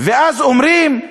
ואז אומרים: